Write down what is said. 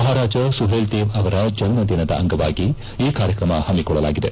ಮಹಾರಾಜ ಸುಹೇಲ್ದೇವ್ ಅವರ ಜನ್ನದಿನಗ ಅಂಗವಾಗಿ ಈ ಕಾರ್ಯಕ್ರಮ ಹಮ್ಮಿಕೊಳ್ಳಲಾಗಿದೆ